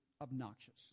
obnoxious